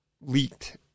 leaked